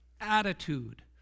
attitude